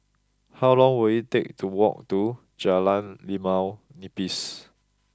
how long will it take to walk to Jalan Limau Nipis